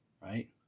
right